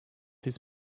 his